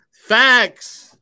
FACTS